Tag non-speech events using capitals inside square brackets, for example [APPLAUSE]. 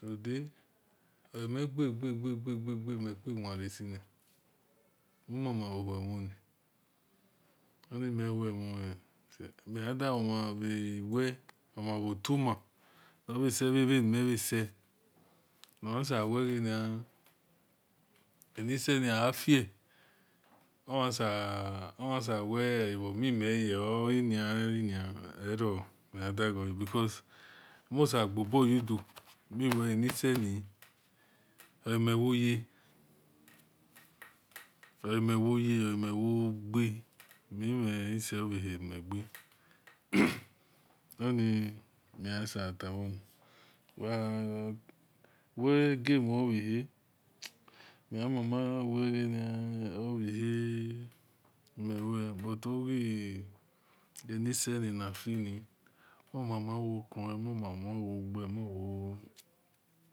Rudaomi gege gege gege mekuwerasina omamawohumina onimehomase meadaromaewetoma over sevanimeuase nahisewenianisenafio onseweoahumi miyaioen en ero miva dagea because musegeoboundiu mewe [NOISE] ansenioamewoya [NOISE] omewoya omewoge meseovahinimega [NOISE] onimisehavo [HESITATION] weaegame oveha memama veniouhimesue but ogenisieninafian omamawa kuni omamawage mwou